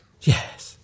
Yes